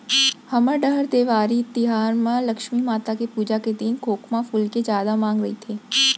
हमर डहर देवारी तिहार म लक्छमी माता के पूजा के दिन खोखमा फूल के जादा मांग रइथे